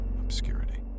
obscurity